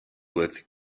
with